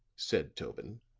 said tobin.